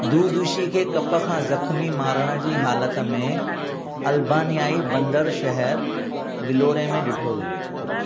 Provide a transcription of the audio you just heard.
दुदुशी खे कप खां ज़ख़्मी मारण जी हालति में अल्बानियाई बंदरु शहरु विलोरे में ॾिठो वियो